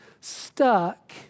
stuck